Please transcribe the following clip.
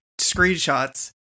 screenshots